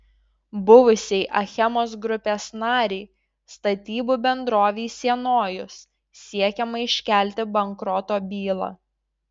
buvusiai achemos grupės narei statybų bendrovei sienojus siekiama iškelti bankroto bylą